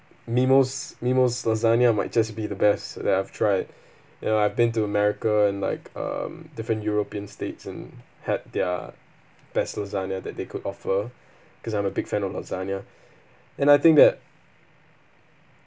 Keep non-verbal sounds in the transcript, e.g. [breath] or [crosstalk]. mimos mimos lasagna might just be the best that I've tried [breath] and I've been to america and like um different european states and had their best lasagna that they could offer cause I'm a big fan of lasagna and I think that